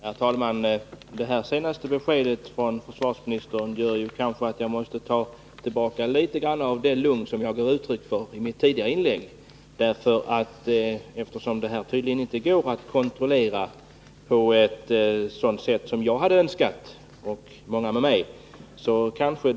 Herr talman! Efter det senaste beskedet från försvarsministern måste jag ta tillbaka litet grand av den tillförsikt jag gav uttryck för i mitt tidigare inlägg — det går tydligen inte att kontrollera utrustningen på ett sådant sätt som jag och många med mig hade önskat.